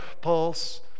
pulse